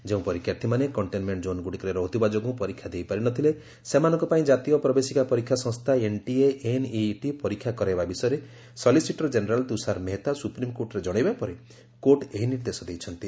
ଯେଉଁ ପରୀକ୍ଷାର୍ଥୀମାନେ କଣ୍ଟେନମେଣ୍ଟ ଜୋନ୍ଗୁଡ଼ିକରେ ରହୁଥିବାଯୋଗୁଁ ପରୀକ୍ଷା ଦେଇପାରିନଥିଲେ ସେମାନଙ୍କ ପାଇଁ ଜାତୀୟ ପ୍ରବେଶିକା ପରୀକ୍ଷା ସଂସ୍ଥା ଏନ୍ଟିଏ' ଏନ୍ଇଇଟି ପରୀକ୍ଷା କରାଇବା ବିଷୟରେ ସଲିସେଟର ଜେନେରାଲ ତୁଷାର ମେହେଟ୍ଟା ସୁପ୍ରିମକୋର୍ଟରେ ଜଣାଇବା ପରେ କୋର୍ଟ ଏହି ନିର୍ଦ୍ଦେଶ ଦେଇଛନ୍ତି